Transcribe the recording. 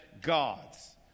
God's